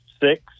six